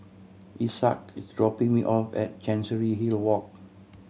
Isaak is dropping me off at Chancery Hill Walk